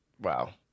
Wow